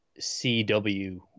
CW